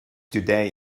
today